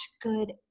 good